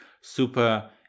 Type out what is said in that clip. super